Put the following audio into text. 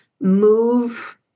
move